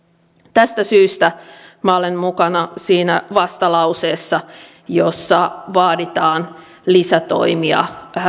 tästä syystä minä olen mukana siinä vastalauseessa jossa vaaditaan lisätoimia